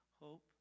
hope